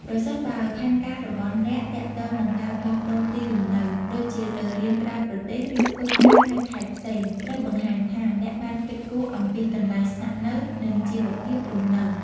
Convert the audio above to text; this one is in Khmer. ប្រសិនបើផែនការរបស់អ្នកទាក់ទងនឹងការផ្លាស់ប្តូរទីលំនៅ ដូចជាទៅរៀនក្រៅប្រទេស ឬធ្វើការនៅខេត្តផ្សេង ត្រូវបង្ហាញថាអ្នកបានគិតគូរអំពីកន្លែងស្នាក់នៅ និងជីវភាពរស់នៅ។